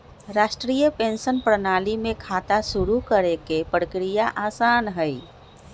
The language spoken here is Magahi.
राष्ट्रीय पेंशन प्रणाली में खाता शुरू करे के प्रक्रिया आसान हई